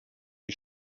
die